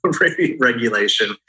regulation